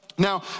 Now